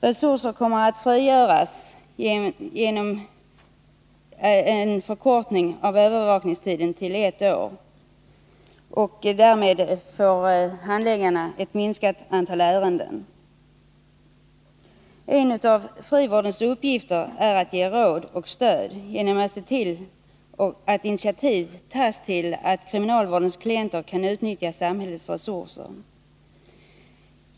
Resurser kommer att frigöras genom en avkortning av övervakningstiden till ett år. Därmed får handläggarna ett minskat antal ärenden. En av frivårdens uppgifter är att ge råd och stöd genom att se till att initiativ tas till att kriminalvårdens klienter kan utnyttja samhällets resurser.